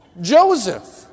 Joseph